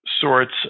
sorts